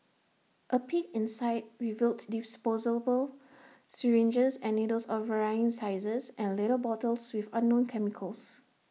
A peek inside revealed disposable syringes and needles of varying sizes and little bottles with unknown chemicals